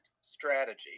strategy